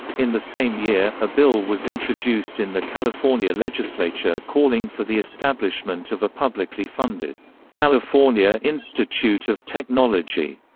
in the same year, a bill was introduced in the california legislature calling for the establishment of a publicly funded california institute of technology,